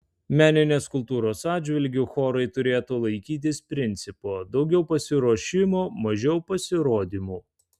meninės kultūros atžvilgiu chorai turėtų laikytis principo daugiau pasiruošimo mažiau pasirodymų